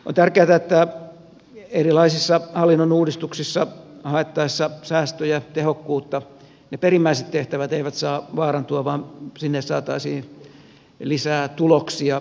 on tärkeätä että erilaisissa hallinnonuudistuksissa haettaessa säästöjä tehokkuutta ne perimmäiset tehtävät eivät saa vaarantua vaan että sinne saataisiin lisää tuloksia kentälle